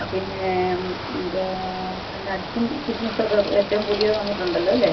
ആ പിന്നെ ഇത് നട്ട്സും കിസ്മസും ഒക്കെ ഏറ്റവും പുതിയത് വന്നിട്ടുണ്ടല്ലോ അല്ലേ